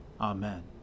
Amen